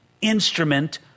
instrument